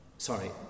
Sorry